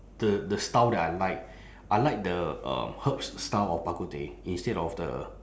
the the style that I like I like the um herbs style of bak kut teh instead of the